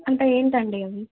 అంటే ఏంటండి అవి